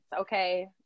Okay